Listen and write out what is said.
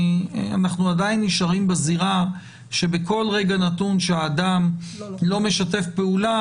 אנחנו עדיין נשארים בזירה שבכל רגע נתון שאדם לא משתף פעולה,